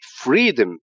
freedom